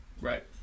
Right